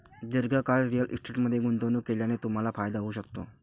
दीर्घकाळ रिअल इस्टेटमध्ये गुंतवणूक केल्याने तुम्हाला फायदा होऊ शकतो